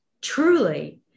truly